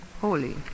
holy